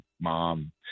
mom